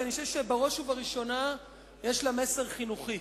שאני חושב שבראש ובראשונה יש בה מסר חינוכי.